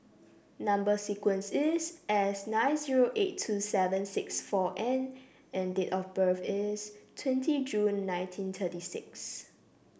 number sequence is S nine zero eight two seven six four N and date of birth is twenty June nineteen thirty six